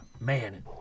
man